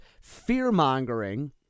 Fear-mongering